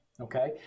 okay